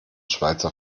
schweizer